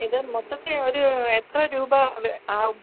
ഇത് മൊത്തത്തിൽ ഒരു എത്ര രൂപ ആകും